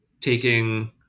taking